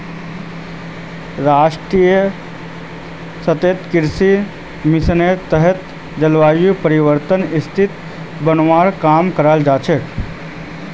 राष्ट्रीय सतत कृषि मिशनेर तहत जलवायु परिवर्तनक स्थिर बनव्वा काम कराल जा छेक